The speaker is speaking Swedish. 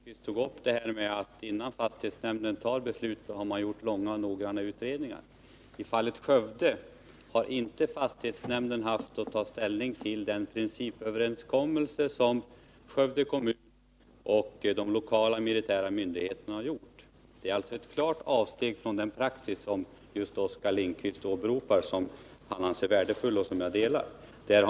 Herr talman! Det var bra att Oskar Lindkvist tog upp detta med att fastighetsnämnden, innan den tar beslut, har gjort långa och noggranna utredningar. I fallet Skövde har inte fastighetsnämnden haft att ta ställning till den praxisöverenskommelse som Skövde kommun och de lokala militära myndigheterna har gjort. Det är alltså ett klart avsteg från just den praxis som Oskar Lindkvist åberopar och som han anser värdefull — och den uppfatt 142 ningen delar jag.